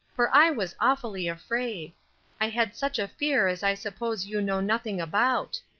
for i was awfully afraid i had such a fear as i suppose you know nothing about.